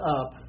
up